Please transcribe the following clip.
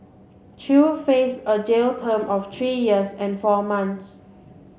chew faces a jail term of three years and four months